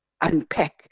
unpack